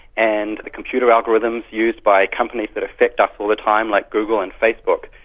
and the computer algorithms used by companies that affect us all the time like google and facebook.